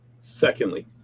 Secondly